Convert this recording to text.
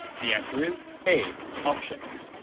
the answer is a, options.